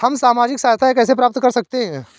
हम सामाजिक सहायता कैसे प्राप्त कर सकते हैं?